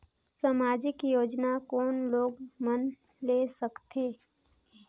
समाजिक योजना कोन लोग मन ले सकथे?